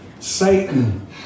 Satan